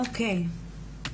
אוקיי.